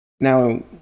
Now